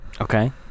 Okay